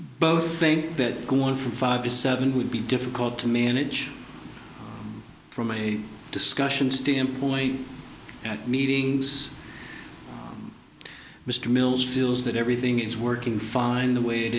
both think that going from five to seven would be difficult to manage from a discussion standpoint at meetings mr mills feels that everything is working fine the way it